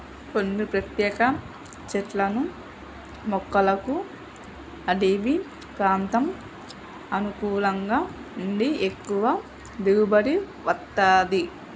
కొన్ని ప్రత్యేక చెట్లను మొక్కలకు అడివి ప్రాంతం అనుకూలంగా ఉండి ఎక్కువ దిగుబడి వత్తది